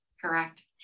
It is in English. Correct